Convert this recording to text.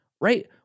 right